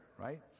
right